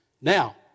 Now